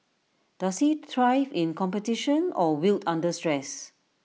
does he thrive in competition or wilt under stress